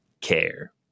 care